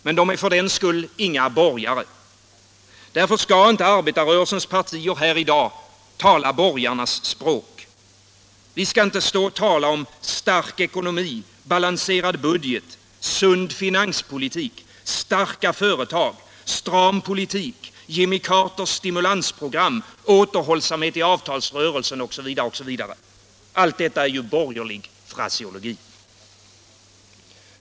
Men de är för den skull inga borgare. Därför skall inte arbetarrörelsens partier här i dag tala borgarnas språk. Vi skall inte tala om stark ekonomi, balanserad budget, sund finanspolitik, starka företag, stram politik, Jimmy Carters stimulansprogram, återhållsamhet i avtalsrörelsen osv. — allt detta är ju borgerlig fraseologi.